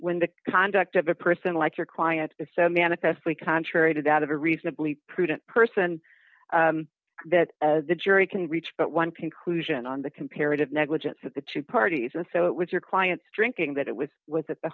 when the conduct of a person like your client is so manifestly contrary to that of a reasonably prudent person that the jury can reach but one conclusion on the comparative negligence of the two parties and so it was your client drinking that it was with at the